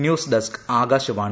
news desk Akashvani